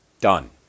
done